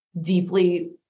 deeply